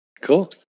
Cool